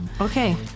Okay